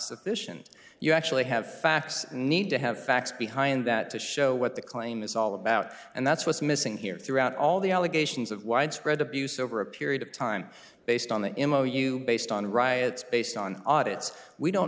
sufficient you actually have facts need to have facts behind that to show what the claim is all about and that's what's missing here throughout all the allegations of widespread abuse over a period of time based on the image you based on riots based on audits we don't